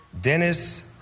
Dennis